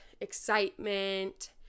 excitement